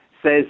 says